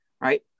Right